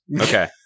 Okay